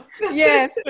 Yes